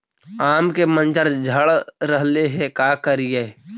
आम के मंजर झड़ रहले हे का करियै?